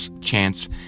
chance